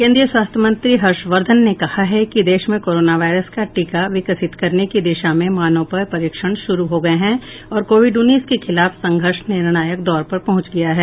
केंद्रीय स्वास्थ्य मंत्री डॉ हर्ष वर्धन ने कहा है कि देश में कोरोना वायरस का टीका विकसित करने की दिशा में मानव पर परीक्षण शुरू हो गये हैं और कोविड उन्नीस के खिलाफ संघर्ष निर्णायक दौर पर पहुंच गया है